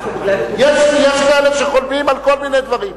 יש כאלה שחולמים על כל מיני דברים.